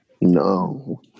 No